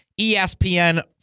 ESPN